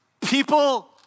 People